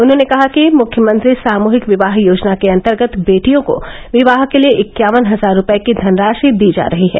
उन्होंने कहा कि मुख्यमंत्री सामूहिक विवाह योजना के अन्तर्गत बेटियों को विवाह के लिये इक्यावन हजार रूपये की धनराशि दी जा रही है